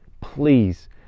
Please